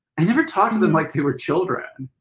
i never talked to them like they were children